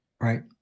right